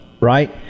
right